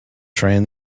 train